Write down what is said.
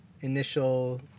initial